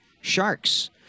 Sharks